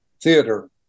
theater